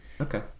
okay